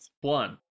one